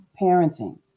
parenting